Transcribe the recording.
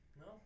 No